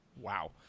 Wow